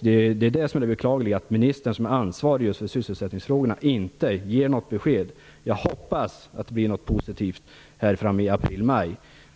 Det är det som är det beklagliga, att ministern som är ansvarig för just sysselsättningsfrågorna inte ger något besked. Jag hoppas att det kommer något positivt i april maj.